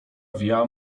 via